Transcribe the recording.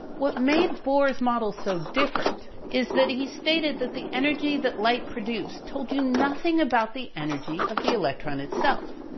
what made bohr's model so different is that he stated that the energy that light produced told you nothing about the energy of the electron itself,